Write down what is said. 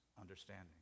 understanding